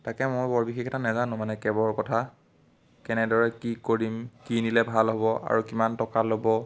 তাকে মই বৰ বিশেষ এটা নেজানোঁ মানে কেবৰ কথা কেনেদৰে কি কৰিম কি নিলে ভাল হ'ব আৰু কিমান টকা ল'ব